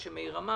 מה שמאיר אמר.